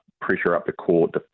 pressure-up-the-court